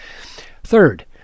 third